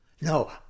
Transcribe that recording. No